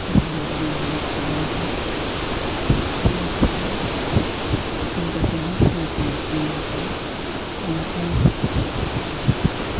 ᱪᱟᱥ ᱫᱚ ᱟᱹᱰᱤ ᱢᱟᱨᱟᱝ ᱫᱟᱲᱮ ᱠᱟᱱᱟ ᱥᱤᱢ ᱠᱚᱦᱚᱸ ᱟᱹᱥᱩᱞ ᱠᱟᱛᱮᱫ ᱦᱚᱸ ᱩᱱᱠᱩ ᱟᱹᱥᱩᱞ ᱦᱚᱸ ᱠᱟᱱᱟ ᱚᱱᱟ ᱛᱮᱦᱚᱸ ᱴᱟᱠᱟ ᱯᱩᱭᱥᱟᱹ ᱟᱨᱡᱟᱜᱼᱟ